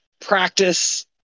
practice